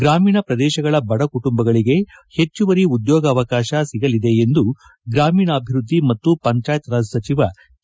ಗ್ರಾಮೀಣ ಪ್ರದೇಶಗಳ ಬಡ ಕುಟುಂಬಗಳಿಗೆ ಹೆಚ್ಚುವರಿ ಉದ್ಯೋಗವಕಾಶ ಸಿಗಲಿವೆ ಎಂದು ಗ್ರಾಮೀಣಾಭಿವೃದ್ಧಿ ಮತ್ತು ಪಂಚಾಯತ್ ರಾಜ್ ಸಚಿವ ಕೆ